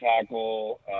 tackle